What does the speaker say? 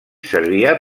servia